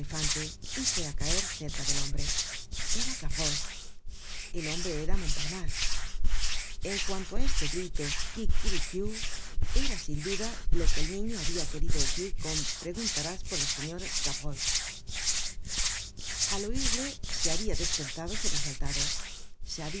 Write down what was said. y fué á caer cerca del hombre era gavroche el hombre era montparnase en cuanto á este grito quiquiriquiu era sin duda lo que el niño habia querido decir con preguntarás por el señor gavroche al oirle se habia despertado sobresaltado